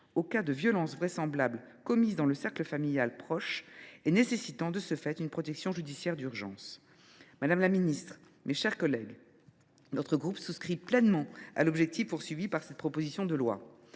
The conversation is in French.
de violences commises dans le cercle familial proche et nécessitant, par suite, une protection judiciaire d’urgence. Madame la ministre, mes chers collègues, notre groupe souscrit pleinement à l’objectif qui sous tend cette proposition de loi.